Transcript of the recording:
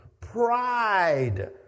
Pride